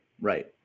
Right